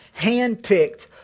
handpicked